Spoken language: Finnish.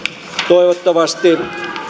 toivottavasti nyt